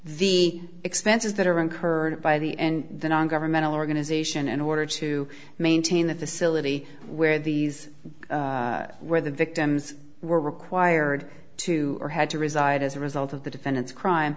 the expenses that are incurred by the end the non governmental organization in order to maintain the facility where these where the victims were required to or had to reside as a result of the defendant's crime